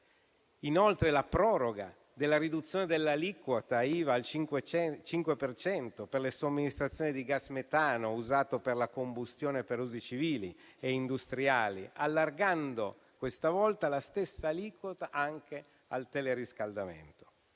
Inoltre, vi è la proroga della riduzione dell'aliquota IVA al 5 per cento per le somministrazioni di gas metano usato per la combustione per usi civili e industriali, allargando questa volta la stessa aliquota anche al teleriscaldamento.